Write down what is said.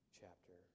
chapter